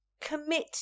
Commit